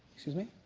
excuse me?